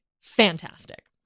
fantastic